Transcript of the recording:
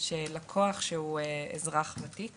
שלקוח שהוא אזרח ותיק